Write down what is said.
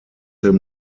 him